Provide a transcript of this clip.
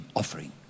offering